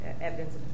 evidence